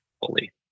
fully